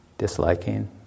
Disliking